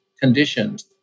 conditions